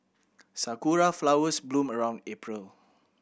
sakura flowers bloom around April